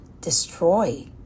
destroy